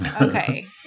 Okay